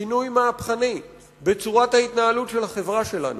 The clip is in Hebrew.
שינוי מהפכני, בצורת ההתנהלות של החברה שלנו,